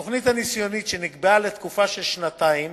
התוכנית הניסיונית, שנקבעה לתקופה של שנתיים,